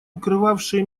укрывавшее